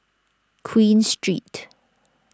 Queen Street